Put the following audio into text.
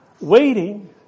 waiting